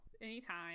Anytime